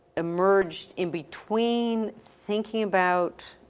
emerged in between thinking about